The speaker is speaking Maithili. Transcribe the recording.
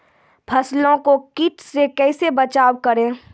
फसलों को कीट से कैसे बचाव करें?